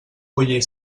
bullir